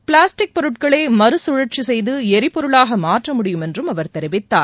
plastic பொருட்களை மறுசுழற்சி செய்து எரிபொருளாக மாற்ற முடியும் என்றும் அவர் கூறினார்